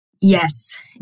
Yes